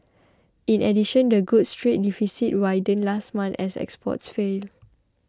in addition the goods trade deficit widened last month as exports fell